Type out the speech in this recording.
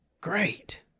Great